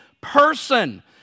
person